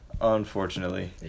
Unfortunately